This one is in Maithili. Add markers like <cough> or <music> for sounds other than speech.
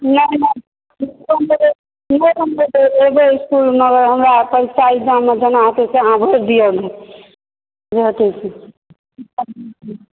नहि नहि एबै हम इस्कुलमे हमरा परीक्षा इग्ज़ैम आओर देना हेतै से अहाँ भरि दियौ ने जे हेतै से <unintelligible>